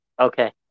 Okay